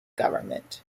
government